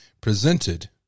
presented